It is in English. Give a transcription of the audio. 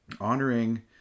honoring